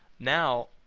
now,